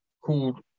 called